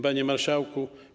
Panie Marszałku!